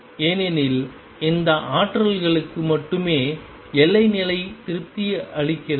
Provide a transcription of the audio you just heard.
ஏனெனில் அந்த ஆற்றல்களுக்கு மட்டுமே எல்லை நிலை திருப்தி அளிக்கிறது